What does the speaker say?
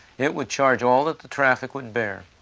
it would charge all that the traffic would bear.